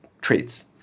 traits